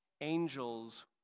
Angels